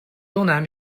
东南